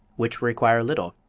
which require little?